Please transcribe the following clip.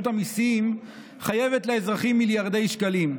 המיסים חייבת לאזרחים מיליארדי שקלים.